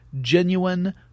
genuine